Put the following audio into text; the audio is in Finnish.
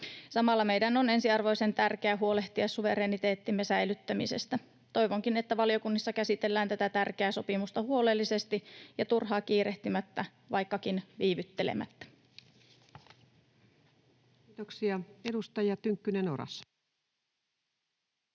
Samalla meidän on ensiarvoisen tärkeää huolehtia suvereniteettimme säilyttämisestä. Toivonkin, että valiokunnissa käsitellään tätä tärkeää sopimusta huolellisesti ja turhaan kiirehtimättä, vaikkakin viivyttelemättä. Kiitoksia. — Edustaja Tynkkynen, Oras.